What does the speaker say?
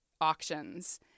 auctions